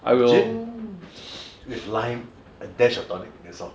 gin is lime with a dash of tonic that's all